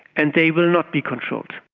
and they will not be controlled.